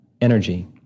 energy